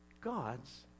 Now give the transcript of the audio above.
God's